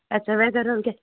अच्छा वएह जरौलकै